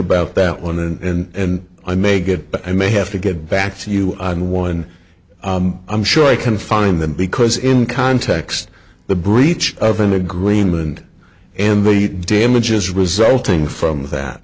about that one and i may get but i may have to get back to you on one i'm sure i can find them because in context the breach of an agreement and the damages resulting from that